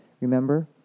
Remember